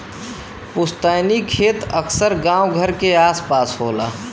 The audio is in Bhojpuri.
पुस्तैनी खेत अक्सर गांव घर क आस पास होला